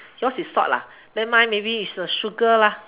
yours is salt ah then mine maybe is the sugar lah